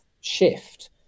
shift